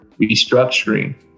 restructuring